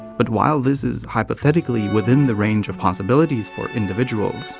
but while this is hypothetically within the range of possibilities for individuals,